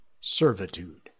servitude